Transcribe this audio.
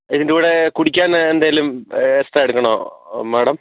ഇതിൻ്റെ കൂടെ കുടിക്കാൻ എന്തെങ്കിലും എക്സ്ട്രാ എടുക്കണോ മേടം